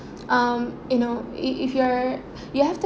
um you know if if you're you have to